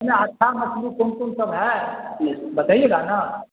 اچھا مچھلی کون کون سب ہے بتائیے گا نا